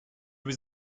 was